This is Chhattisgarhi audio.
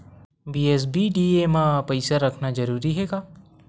बी.एस.बी.डी.ए मा पईसा रखना जरूरी हे का?